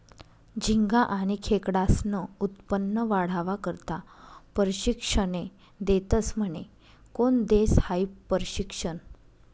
झिंगा आनी खेकडास्नं उत्पन्न वाढावा करता परशिक्षने देतस म्हने? कोन देस हायी परशिक्षन?